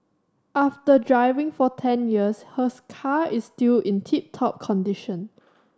after driving for ten years her car is still in tip top condition